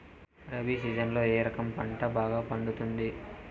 రబి సీజన్లలో ఏ రకం పంట బాగా పండుతుంది